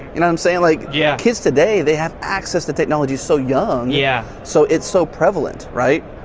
and i'm saying? like yeah kids today they have access to technology so young, yeah so it's so prevalent, right?